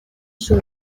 шүү